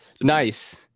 nice